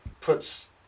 puts